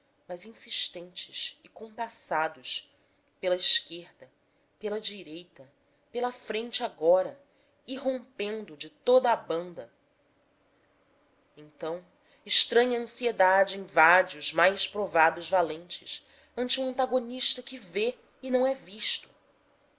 mas insistentes e compassados pela esquerda pela direita pela frente agora irrompendo de toda a banda então estranha ansiedade invade os mais provados valentes ante o antagonista que vê e não é visto